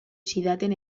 zidaten